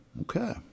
okay